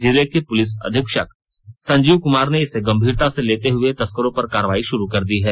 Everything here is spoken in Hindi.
जिले के पुलिस अधीक्षक संजीव कमार ने इसे गंभीरता से लेते हुए तस्करों पर कार्रवाई शुरू कर दी है